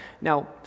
Now